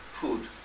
food